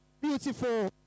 beautiful